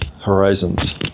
horizons